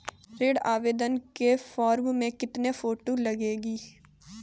ऋण आवेदन के फॉर्म में कितनी फोटो लगेंगी?